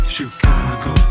Chicago